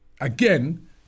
again